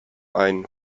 einen